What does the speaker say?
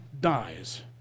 dies